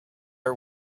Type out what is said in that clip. are